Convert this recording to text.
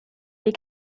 wie